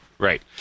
Right